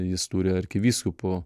jis turi arkivyskupo